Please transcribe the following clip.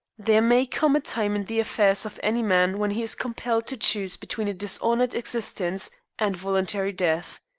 there may come a time in the affairs of any man when he is compelled to choose between a dishonored existence and voluntary death.